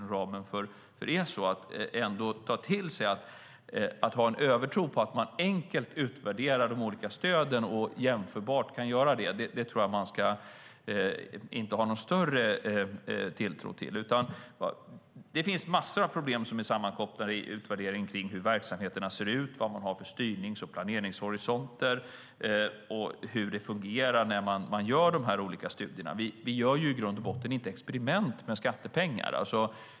Man ska inte ha någon övertro på att man enkelt kan utvärdera och jämföra de olika stöden. Detta ska man inte ha någon större tilltro till, utan det finns massor av problem som är sammankopplade i utvärderingen av hur verksamheterna ser ut, till exempel vad man har för styrnings och planeringshorisonter och hur det fungerar när man gör de olika studierna. Vi gör i grund och botten inte experiment med skattepengar.